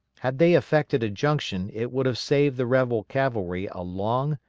had they effected a junction it would have saved the rebel cavalry a long,